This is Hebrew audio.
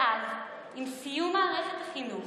ואז, עם סיום מערכת החינוך,